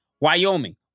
Wyoming